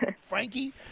Frankie